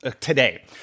today